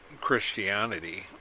Christianity